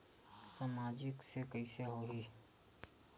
सामाजिक से कइसे होही?